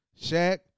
Shaq